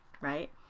right